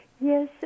Yes